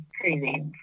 crazy